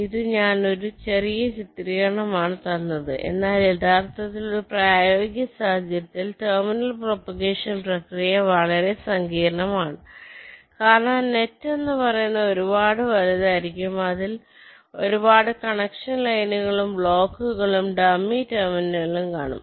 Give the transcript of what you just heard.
ഇത് ഞാൻ ഒരു ചെറിയ ചിത്രീകരണം ആണ് തന്നത് എന്നാൽ യഥാർത്ഥത്തിൽ ഒരു പ്രായോഗിക സാഹചര്യത്തിൽ ടെർമിനൽ പ്രൊപഗേഷൻ പ്രക്രിയ വളരെ സങ്കീർണ്ണമാണ് കാരണം നെറ്റ് എന്ന് പറയുന്നത് ഒരുപാട് വലുതായിരിക്കും അതിൽ ഒരുപാട് കണക്ഷൻ ലൈനുകളും ബ്ലോക്കുകളും ഡമ്മി ടെര്മിനലുകളും കാണും